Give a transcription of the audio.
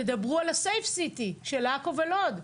תדברו על safe city של עכו ולוד.